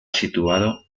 situado